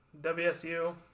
WSU